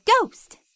ghost